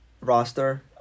roster